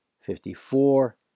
fifty-four